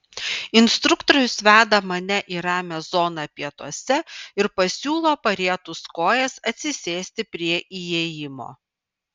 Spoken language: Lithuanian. instruktorius veda mane į ramią zoną pietuose ir pasiūlo parietus kojas atsisėsti prie įėjimo